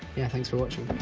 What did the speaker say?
yeah thanks for watching.